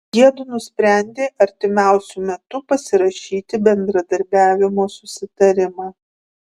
jiedu nusprendė artimiausiu metu pasirašyti bendradarbiavimo susitarimą